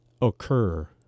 occur